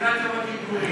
תפילת יום הכיפורים.